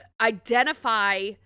identify